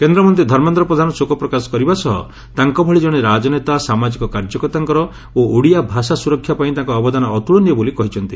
କେନ୍ଦ୍ରମନ୍ତୀ ଧର୍ମେନ୍ଦ୍ର ପ୍ରଧାନ ଶୋକପ୍ରକାଶ କରିବା ସହ ତାଙ୍କ ଭଳି ଜଣେ ରାଜନେତା ସାମାଜିକ କାର୍ଯ୍ୟକର୍ତ୍ରା ଓ ଓଡ଼ିଆ ଭାଷା ସୁରକ୍ଷା ପାଇଁ ତାଙ୍କ ଅବଦାନ ଅତୁଳନୀୟ ବୋଲି କହିଛନ୍ତି